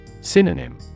Synonym